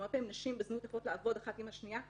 הרבה פעמים נשים בזנות יכולות לעבוד אחת עם השנייה,